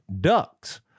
ducks